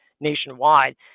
nationwide